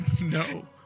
No